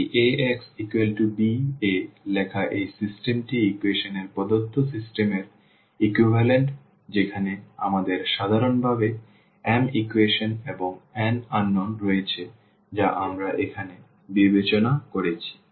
সুতরাং এই Ax b এ লেখা এই সিস্টেমটি ইকুয়েশন এর প্রদত্ত সিস্টেম এরসমতুল্য যেখানে আমাদের সাধারণভাবে m ইকুয়েশন এবং n অজানা রয়েছে যা আমরা এখানে বিবেচনা করেছি